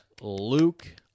Luke